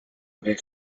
haver